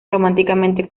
románticamente